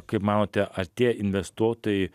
kaip manote ar tie investuotojai